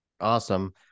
Awesome